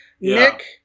Nick